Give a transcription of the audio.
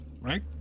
right